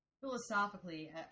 philosophically